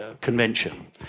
convention